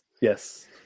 Yes